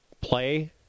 play